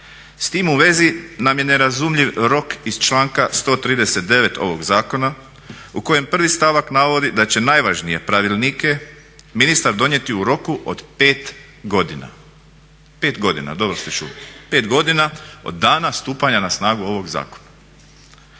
S tim u vezi nam je nerazumljiv rok iz članka 139. ovog zakona u kojem 1. stavka navodi da će najvažnije pravilnike ministar donijeti u roku od 5 godina. 5 godina, dobro ste čuli, 5 godina od dana stupanja na snagu ovog zakona.